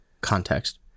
context